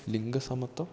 ലിങ്കസമത്ത്വം